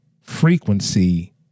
frequency